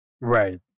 Right